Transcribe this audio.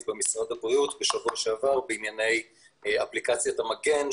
במשרד הבריאות בשבוע שעבר בענייני אפליקציית "המגן",